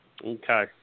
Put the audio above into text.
Okay